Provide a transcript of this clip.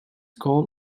goal